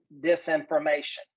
disinformation